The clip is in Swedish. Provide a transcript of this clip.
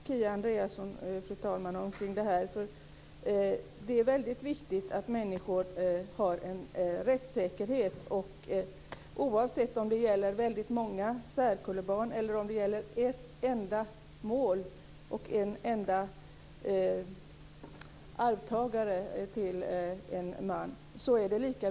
Fru talman! Jag vet inte om jag kan hålla med Kia Andreasson om detta. Det är väldigt viktigt att människor har en rättssäkerhet. Det är lika viktigt oavsett om det gäller väldigt många särkullbarn eller ett enda mål och en enda arvtagare till en man.